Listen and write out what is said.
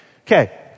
Okay